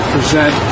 present